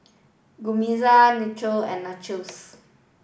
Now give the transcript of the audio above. Guacamole Naengmyeon and Nachos